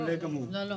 לא.